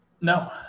No